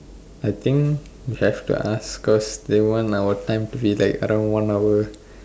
I think you have to ask cause they want our time to be like around one hour